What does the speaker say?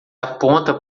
aponta